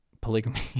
polygamy